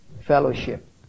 fellowship